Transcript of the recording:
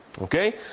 okay